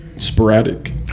sporadic